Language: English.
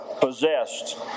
possessed